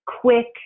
quick